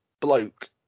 bloke